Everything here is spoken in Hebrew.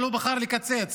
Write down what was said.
אבל הוא בחר לקצץ.